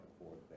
forward